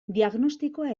diagnostikoa